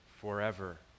forever